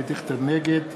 נגד